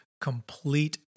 complete